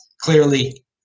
Clearly